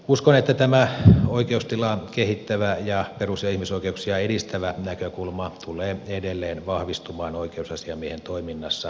uskon että tämä oikeustilaa kehittävä ja perus ja ihmisoikeuksia edistävä näkökulma tulee edelleen vahvistumaan oikeusasiamiehen toiminnassa